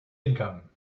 income